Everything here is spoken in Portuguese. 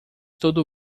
todo